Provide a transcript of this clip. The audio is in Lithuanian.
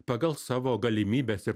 pagal savo galimybes ir